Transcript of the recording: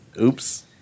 Oops